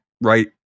right